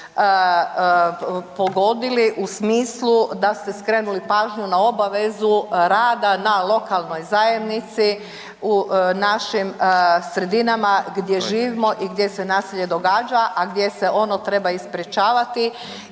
pogodili u smislu da ste skrenuli pažnju na obavezu rada na lokalnoj zajednici u našim sredinama gdje živimo i gdje se nasilje događa, a gdje se ono treba i sprječavati